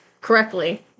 correctly